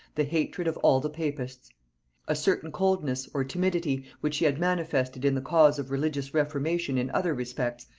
the hatred of all the papists a certain coldness, or timidity, which he had manifested in the cause of religious reformation in other respects,